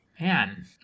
Man